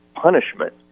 punishment